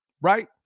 right